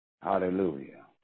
Hallelujah